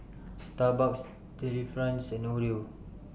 Starbucks Delifrance and Oreo